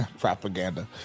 Propaganda